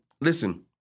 listen